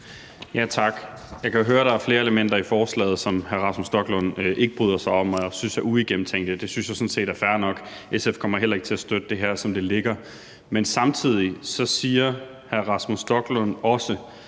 Tak. Jeg kan høre, at der er flere elementer i forslaget, som hr. Rasmus Stoklund ikke bryder sig om og synes er uigennemtænkte. Det synes jeg sådan set er fair nok. SF kommer heller ikke til at støtte det her, som det ligger. Men samtidig siger hr. Rasmus Stoklund,